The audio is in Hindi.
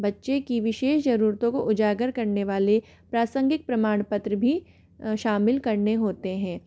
बच्चे की विशेष ज़रूरतों को उजागर करने वाले प्रासंगिक प्रमाण पत्र भी शामिल करने होते हैं